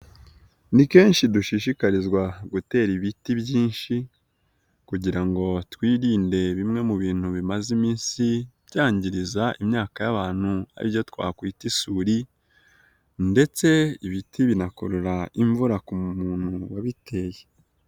Ni kenshi dushishikarizwa gutera ibiti byinshi kugira ngo twirinde bimwe mu bintu bimaze iminsi byangiriza imyaka y'abantu ari byo twakwita isuri ndetse ibiti binakurura imvura ku muntu wabiteye.